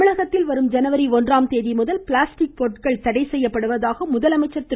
தமிழகத்தில் வரும் ஜனவரி ஒன்றாம் தேதிமுதல் பிளாஸ்டிக் பொருட்கள் தடை செய்யப்படுவதாக முதலமைச்சர் திரு